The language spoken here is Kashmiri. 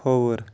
کھووُر